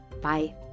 Bye